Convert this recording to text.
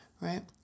right